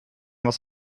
was